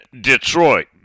Detroit